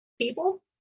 people